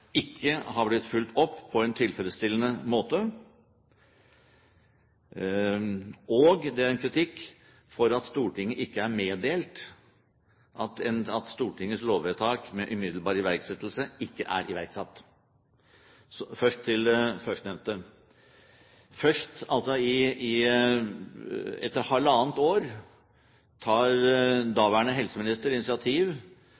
ikke har blitt fulgt opp på en tilfredsstillende måte, og det er en kritikk av at Stortinget ikke er meddelt at Stortingets lovvedtak med umiddelbar ikrafttredelse ikke er iverksatt. Først til førstnevnte: Først etter halvannet år tar